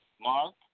Mark